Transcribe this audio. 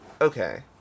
okay